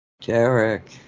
Derek